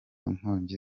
nkongi